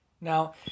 Now